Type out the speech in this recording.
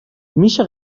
میشه